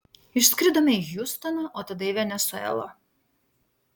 išskridome į hjustoną o tada į venesuelą